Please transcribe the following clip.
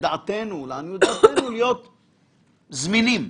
לעניות דעתנו, להיות זמינים.